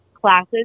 classes